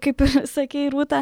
kaip sakei rūta